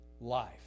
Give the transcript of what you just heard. life